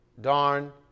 Darn